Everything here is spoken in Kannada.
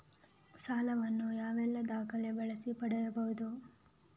ಸಾಲ ವನ್ನು ಯಾವೆಲ್ಲ ದಾಖಲೆ ಬಳಸಿ ಪಡೆಯಬಹುದು?